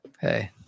Hey